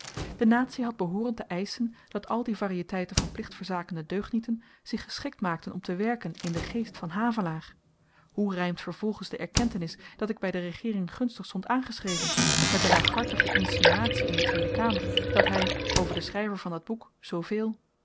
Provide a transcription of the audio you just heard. de natie had behooren te eischen dat al die varieteiten van plichtverzakende deugnieten zich geschikt maakten om te werken in den geest van havelaar hoe rymt vervolgens de erkentenis dat ik by de regeering gunstig stond aangeschreven met de laaghartige insinuatie in de tweede kamer dat hy over den schryver van dat boek